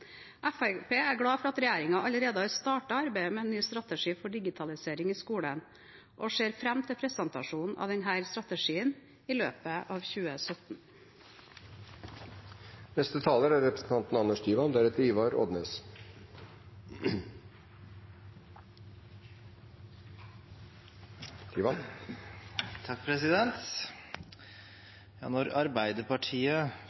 er glad for at regjeringen allerede har startet arbeidet med en ny strategi for digitalisering i skolen, og ser fram til presentasjonen av denne strategien i løpet av 2017.